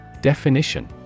Definition